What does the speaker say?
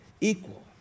equal